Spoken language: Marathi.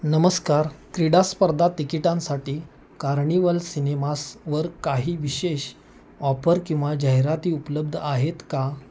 नमस्कार क्रीडास्पर्धा तिकिटांसाठी कार्णिवल सिनेमासवर काही विशेष ऑफर किंवा जाहिराती उपलब्ध आहेत का